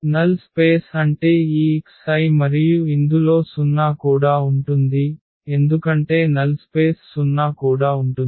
null space అంటే ఈ x I మరియు ఇందులో 0 కూడా ఉంటుంది ఎందుకంటే నల్ స్పేస్ 0 కూడా ఉంటుంది